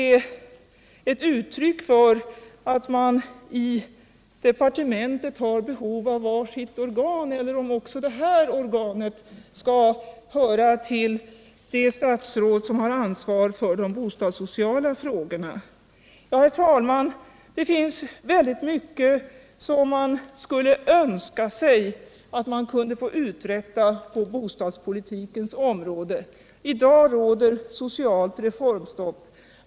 Är den ett uttryck för att de två statsråden i departementet har behov av var sitt organ, eller skall också det här organet höra till det statsråd som har ansvar för de bostadssociala frågorna? Ja, herr talman, det finns mycket som man skulle önska sig att man kunde få uträtta på det bostadspolitiska området. I dag råder socialt reformstopp.